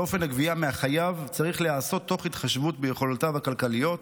שאופן הגבייה מהחייב צריך להיעשות תוך התחשבות ביכולותיו הכלכליות,